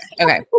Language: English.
Okay